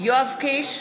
יואב קיש,